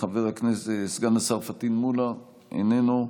סגן השר פטין מולא, איננו.